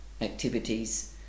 activities